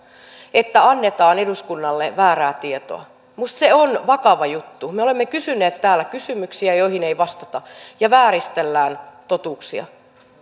että annetaan eduskunnalle väärää tietoa minusta se on vakava juttu me olemme kysyneet täällä kysymyksiä joihin ei vastata vaan vääristellään totuuksia